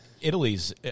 Italy's